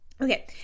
Okay